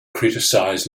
criticised